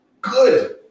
good